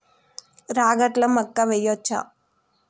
రాగట్ల మక్కా వెయ్యచ్చా?